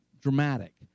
dramatic